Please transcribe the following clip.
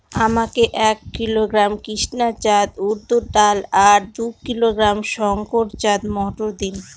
আমাকে এক কিলোগ্রাম কৃষ্ণা জাত উর্দ ডাল আর দু কিলোগ্রাম শঙ্কর জাত মোটর দিন?